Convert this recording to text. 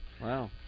Wow